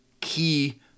key